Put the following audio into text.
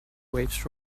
waves